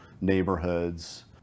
neighborhoods